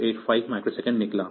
तो यह 1085 माइक्रोसेकंड निकला